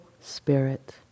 spirit